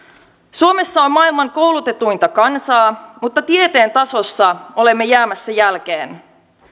suomessa on maailman koulutetuinta kansaa mutta tieteen tasossa olemme jäämässä jälkeen